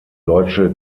deutsche